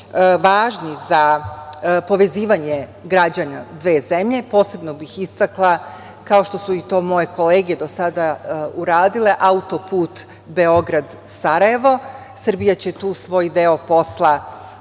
važni za povezivanje građana dve zemlje. Posebno bih istakla kao što su to i moje kolege do sada uradile, autoput Beograd Sarajevo, Srbija će tu svoj deo posla